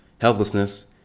helplessness